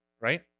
Right